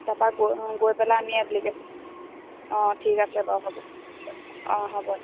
তাৰপাৰা গৈ গৈ পেলাই আমি এপ্লিকেশ্যন অঁ ঠিক আছে বাৰু হ'ব অঁ হ'ব